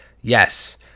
Yes